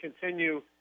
continue